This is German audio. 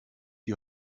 die